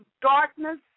darkness